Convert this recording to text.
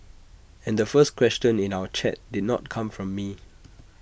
and the first question in our chat did not come from me